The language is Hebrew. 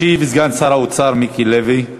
ישיב סגן שר האוצר מיקי לוי.